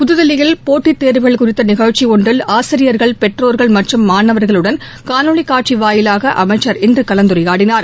புத்தில்லியில் போட்டித் தேர்வுகள் குறித்த நிகழ்ச்சி ஒன்றில் ஆசிரியர்கள் பெற்றோர்கள் மற்றும் மாணவர்களுடன் காணொலி காட்சி வாயிலாக அமைச்சர் இன்று கலந்துரையாடினார்